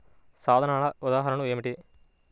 సాధనాల ఉదాహరణలు ఏమిటీ?